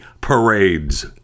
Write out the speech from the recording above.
parades